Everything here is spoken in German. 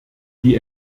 die